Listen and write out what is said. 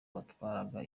batwaraga